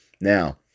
now